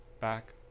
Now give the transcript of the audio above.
back